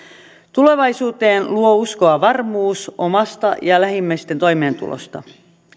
tulevaisuuteen luo uskoa varmuus omasta ja lähimmäisten toimeentulosta